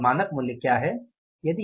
तो अब मानक मूल्य क्या है